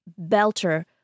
belter